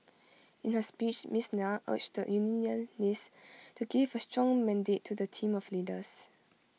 in her speech miss Nair urged the unionists to give A strong mandate to the team of leaders